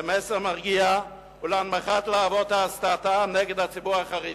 למסר מרגיע ולהנמכת להבות ההסתה נגד הציבור החרדי.